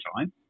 time